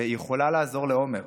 והיא יכולה לעזור לעומר,